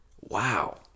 Wow